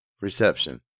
Reception